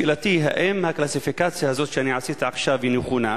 שאלתי היא האם הקלסיפיקציה הזאת שאני עשיתי עכשיו היא נכונה,